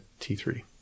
T3